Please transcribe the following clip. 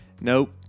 Nope